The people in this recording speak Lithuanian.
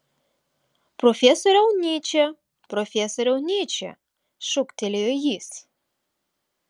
profesoriau nyče profesoriau nyče šūktelėjo jis